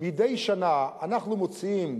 מדי שנה אנחנו מוציאים,